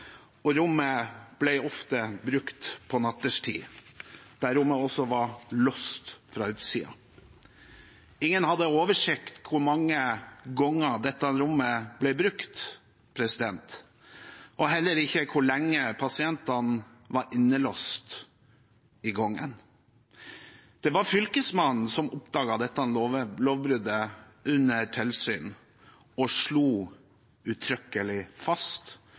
og rommet ble ofte brukt på nattestid. Rommet var også låst fra utsiden. Ingen hadde oversikt over hvor mange ganger dette rommet ble brukt, og heller ikke hvor lenge pasientene var innelåst om gangen. Det var Fylkesmannen som oppdaget dette lovbruddet under tilsyn – og slo uttrykkelig fast